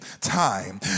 time